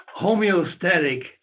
homeostatic